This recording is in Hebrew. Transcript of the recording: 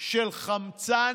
של חמצן,